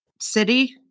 city